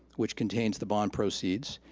which contains the bond proceeds,